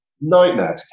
Nightmare